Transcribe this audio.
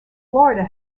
florida